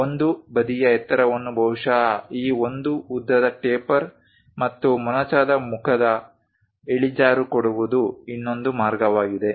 ಒಂದು ಬದಿಯ ಎತ್ತರವನ್ನು ಬಹುಶಃ ಈ ಒಂದು ಉದ್ದದ ಟೇಪರ್ ಮತ್ತು ಮೊನಚಾದ ಮುಖದ ಇಳಿಜಾರು ಕೊಡುವುದು ಇನ್ನೊಂದು ಮಾರ್ಗವಾಗಿದೆ